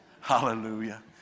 Hallelujah